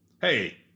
Hey